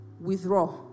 withdraw